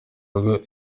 rugo